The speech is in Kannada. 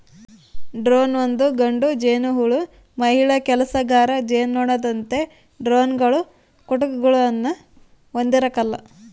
ಡ್ರೋನ್ ಒಂದು ಗಂಡು ಜೇನುಹುಳು ಮಹಿಳಾ ಕೆಲಸಗಾರ ಜೇನುನೊಣದಂತೆ ಡ್ರೋನ್ಗಳು ಕುಟುಕುಗುಳ್ನ ಹೊಂದಿರಕಲ್ಲ